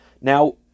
Now